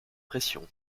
pression